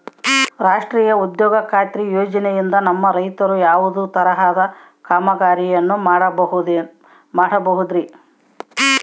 ರಾಷ್ಟ್ರೇಯ ಉದ್ಯೋಗ ಖಾತ್ರಿ ಯೋಜನೆಯಿಂದ ನಮ್ಮ ರೈತರು ಯಾವುದೇ ತರಹದ ಕಾಮಗಾರಿಯನ್ನು ಮಾಡ್ಕೋಬಹುದ್ರಿ?